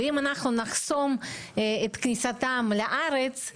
ואם אנחנו נחסום את כניסתם לארץ,